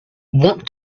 what